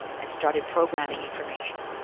and started programming information.